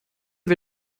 wir